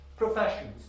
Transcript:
professions